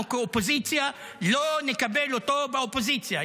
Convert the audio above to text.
כאופוזיציה לא נקבל אותו באופוזיציה,